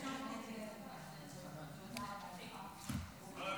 שנספו במערכה (תגמולים ושיקום) (תיקון,